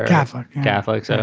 catholic. catholics. ah